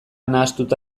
nahastuta